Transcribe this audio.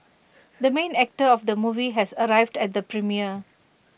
the main actor of the movie has arrived at the premiere